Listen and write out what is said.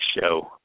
show